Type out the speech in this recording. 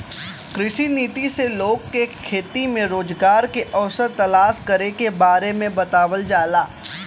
कृषि नीति से लोग के खेती में रोजगार के अवसर तलाश करे के बारे में बतावल जाला